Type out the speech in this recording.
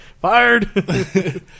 Fired